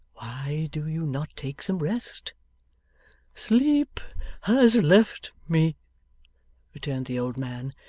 why do you not take some rest sleep has left me returned the old man.